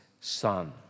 Son